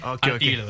Okay